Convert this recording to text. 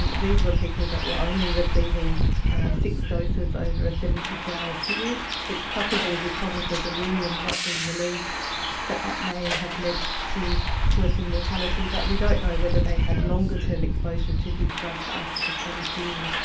and these were people that were only receiving six doses over a seventy two hour period. it's possible because of the delirium not being relieved that that may have led to worsened mortality, but we don't know whether they had longer term exposure to these drugs after the study period.